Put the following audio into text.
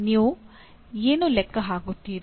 ನೀವು ಏನು ಲೆಕ್ಕ ಹಾಕುತ್ತೀರಿ